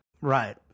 Right